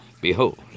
Behold